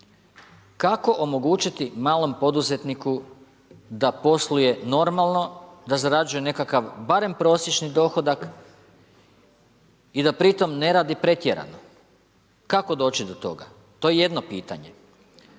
Kako omogućiti malom poduzetniku da posluje normalno, da zarađuje nekakav barem prosječni dohodak i da pri tom ne radi pretjerano? Kako doći do toga? To je jedno pitanje.